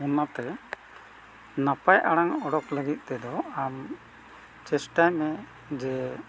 ᱚᱱᱟᱛᱮ ᱱᱟᱯᱟᱭ ᱟᱲᱟᱝ ᱩᱰᱩᱠ ᱞᱟᱹᱜᱤᱫ ᱛᱮᱫᱚ ᱟᱢ ᱪᱮᱥᱴᱟᱭ ᱢᱮ ᱡᱮ